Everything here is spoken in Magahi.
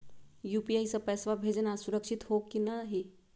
यू.पी.आई स पैसवा भेजना सुरक्षित हो की नाहीं?